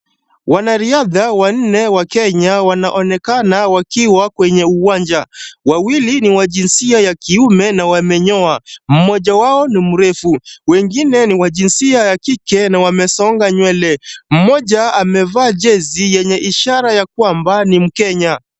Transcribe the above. Wanariadha wanne wa Kenya wanaonekana wakiwa kwenye uwanja. Wawili ni wa jinsia ya kiume na wamenyoa. Mmoja wao ni mrefu, wengine ni jinsia wa kike na wamesonga nywele ,mmoja amevaa jezi yenye ishara ya kwamba ni mkenya.